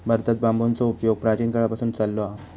भारतात बांबूचो उपयोग प्राचीन काळापासून चाललो हा